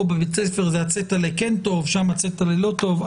בבית הספר הפתק כן טוב ובמקום אחר הוא לא טוב?